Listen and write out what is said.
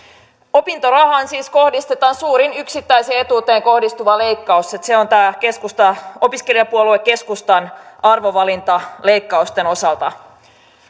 opintorahaan siis kohdistetaan suurin yksittäiseen etuuteen kohdistuva leikkaus että se on tämä opiskelijapuolue keskustan arvovalinta leikkausten osalta